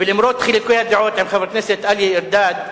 ולמרות חילוקי הדעות עם חבר הכנסת אריה אלדד,